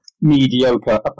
mediocre